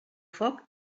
foc